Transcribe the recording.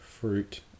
fruit